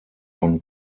von